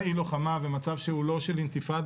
אי לוחמה ומצב שהוא לא של אינתיפאדה,